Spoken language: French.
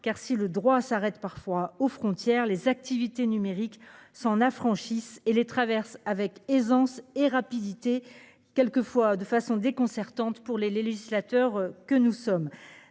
car si le droit s'arrête parfois aux frontières, les activités numériques s'affranchissent de celles-ci et les traversent avec aisance et rapidité, de manière parfois déconcertante pour les législateurs que nous sommes.